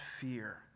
fear